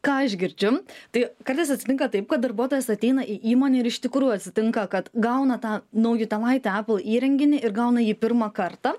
ką aš girdžiu tai kartais atsitinka taip kad darbuotojas ateina į įmonę ir iš tikrųjų atsitinka kad gauna tą naujutėlaitį apple įrenginį ir gauna jį pirmą kartą